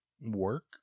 work